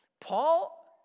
Paul